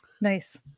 Nice